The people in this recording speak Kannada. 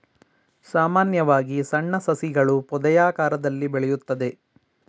ಸಾಮಾನ್ಯವಾಗಿ ಸಣ್ಣ ಸಸಿಗಳು ಪೊದೆಯಾಕಾರದಲ್ಲಿ ಬೆಳೆಯುತ್ತದೆ